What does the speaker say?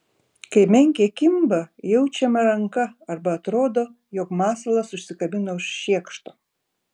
kai menkė kimba jaučiama ranka arba atrodo jog masalas užsikabino už šiekšto